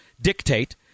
dictate